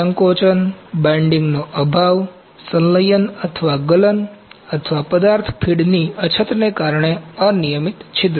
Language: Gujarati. સંકોચન બાઇંડિંગનો અભાવ સંલયન અથવા ગલન અથવા પદાર્થ ફીડની અછતને કારણે અનિયમિત છિદ્રો